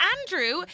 Andrew